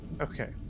Okay